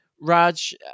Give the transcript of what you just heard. Raj